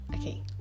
Okay